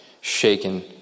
shaken